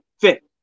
fit